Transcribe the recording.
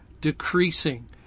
decreasing